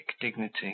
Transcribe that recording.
dignity